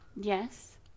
Yes